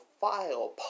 file